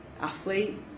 athlete